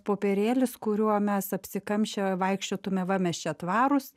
popierėlis kuriuo mes apsikamšę vaikščiotume va mes čia tvarūs